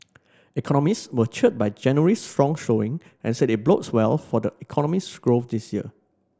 economists were cheered by January's strong showing and said it bodes well for the economy's growth this year